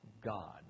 God